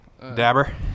Dabber